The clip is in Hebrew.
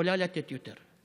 יכולה לתת יותר.